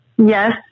Yes